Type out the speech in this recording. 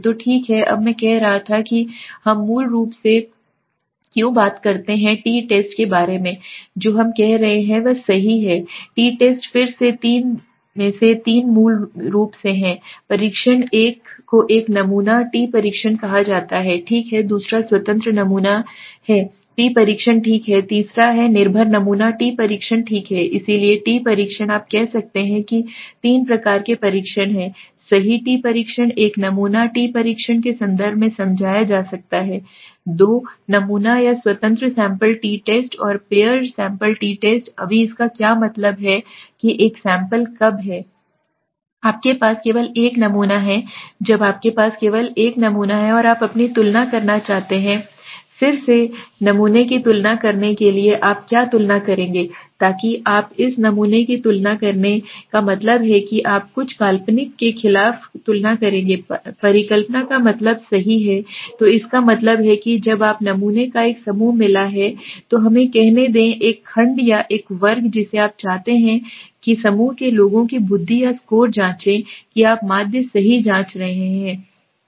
तो ठीक है अब मैं कह रहा था कि हम मूल रूप से क्यों बात करते हैं टी टेस्ट के बारे में जो हम कर रहे हैं वह सही है टी टेस्ट फिर से है तीन में से तीन मूल रूप से हैं परीक्षण एक को एक नमूना टी परीक्षण कहा जाता है ठीक है दूसरा स्वतंत्र नमूना है टी परीक्षण ठीक है तीसरा है निर्भर नमूना टी परीक्षण ठीक है इसलिए टी परीक्षण आप कह सकते हैं कि तीन प्रकार के परीक्षण हैं सही टी परीक्षण एक नमूना टी परीक्षण के संदर्भ में समझाया जा सकता है दो नमूना या स्वतंत्र सैंपल टी टेस्ट और पेयर सैंपल टी टेस्ट अभी इसका क्या मतलब है कि एक सैंपल कब है आपके पास केवल एक नमूना है जब आपके पास केवल एक नमूना है और आप अपनी तुलना करना चाहते हैं फिर से नमूने की तुलना करने के लिए आप क्या तुलना करेंगे ताकि आप इस एक नमूने की तुलना करेंगे इस नमूने का मतलब है कि आप कुछ काल्पनिक के खिलाफ तुलना करेंगे परिकल्पना का मतलब सही है तो इसका मतलब है कि जब आप नमूने का एक समूह मिला है तो हमें कहने दें एक खंड या एक वर्ग जिसे आप चाहते हैं के समूह के लोगों की बुद्धि या स्कोर जाँचें कि आप माध्य सही जाँच रहे हैं